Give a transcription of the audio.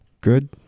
Good